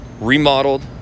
remodeled